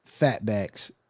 fatbacks